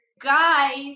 guys